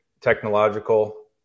technological